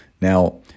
Now